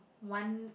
one